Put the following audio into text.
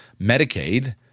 Medicaid